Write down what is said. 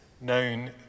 known